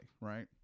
right